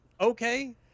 Okay